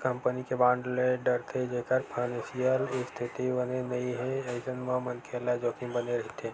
company के bond ले डरथे जेखर फानेसियल इस्थिति बने नइ हे अइसन म मनखे ल जोखिम बने रहिथे